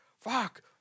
Fuck